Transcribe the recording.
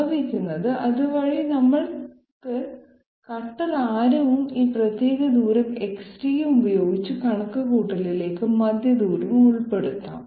സംഭവിക്കുന്നത് അതുവഴി നമുക്ക് കട്ടർ ആരവും ഈ പ്രത്യേക ദൂരം XD യും ഉപയോഗിച്ച് കണക്കുകൂട്ടലിലേക്ക് മധ്യദൂരം ഉൾപ്പെടുത്താം